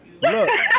Look